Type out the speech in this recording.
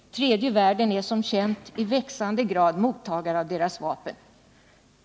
Tredje världen är som känt i växande grad mottagare av deras vapen.